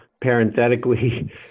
Parenthetically